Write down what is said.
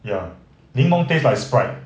ya 柠檬 taste like sprite